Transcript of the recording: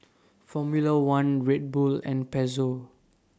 Formula one Red Bull and Pezzo